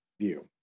view